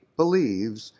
believes